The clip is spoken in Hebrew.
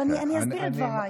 אבל אני אסביר את דבריי.